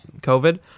COVID